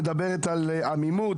מדברת על עמימות,